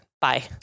Bye